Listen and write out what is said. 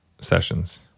sessions